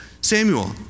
Samuel